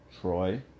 Troy